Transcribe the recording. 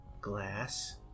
glass